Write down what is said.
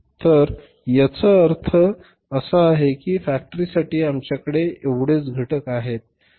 तर याचा अर्थ असा आहे की फॅक्टरीसाठी आमच्याकडे फक्त एवढेच घटक आहेत